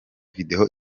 video